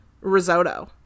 risotto